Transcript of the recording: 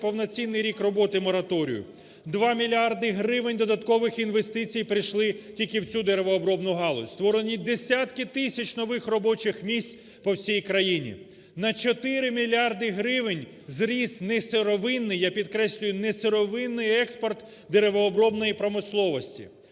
повноцінний рік роботи мораторію, 2 мільярда гривень додаткових інвестицій прийшли тільки в цю деревообробну галузь. Створені десятки тисяч нових робочих місць по всій країні, на 4 мільярди гривень зріснесировинний, я підкреслюю, несировинний експорт деревообробної промисловості,